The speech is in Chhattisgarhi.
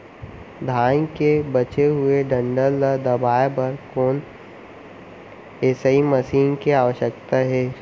धान के बचे हुए डंठल ल दबाये बर कोन एसई मशीन के आवश्यकता हे?